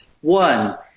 One